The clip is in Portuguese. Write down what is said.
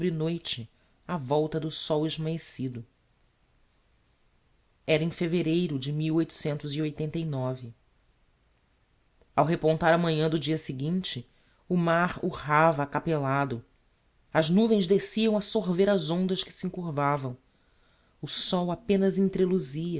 noite á volta do sol esmaecido era em fevereiro de ao repontar a manhã do dia seguinte o mar urrava acapellado as nuvens desciam a sorver as ondas que se encurvavam o sol apenas entreluzia frio